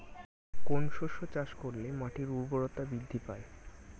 কোন শস্য চাষ করলে মাটির উর্বরতা বৃদ্ধি পায়?